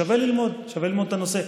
שווה ללמוד את הנושא.